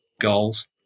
goals